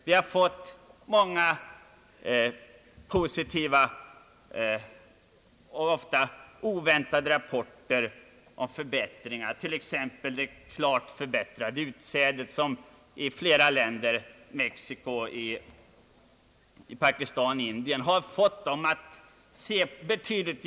Vi har fått många positiva och oväntade rapporter om förbättringar, t.ex. det klart förbättrade utsädet som har medfört en betydligt ljusare syn i bl.a. Pakistan och Indien.